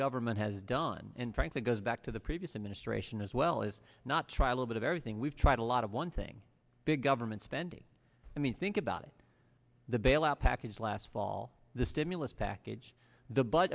government has done and frankly goes back to the previous administration as well is not trial over the very thing we've tried a lot of one thing big government spending i mean think about it the bailout package last fall the stimulus package the bu